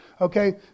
okay